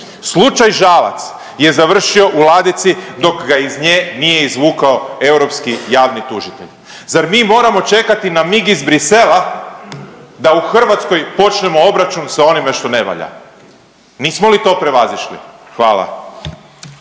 Slučaj Žalac je završio u ladici dok ga iz nje nije izvukao europski javni tužitelj. Zar mi moramo čekati na mig iz Bruxellesa da u Hrvatskoj počnemo obračun sa onime što ne valja? Nismo li to prevazišli? Hvala.